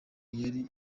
yari